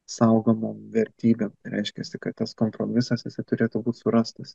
saugomom vertybėm reiškiasi kad tas kompromisas jisai turėtų būt surastas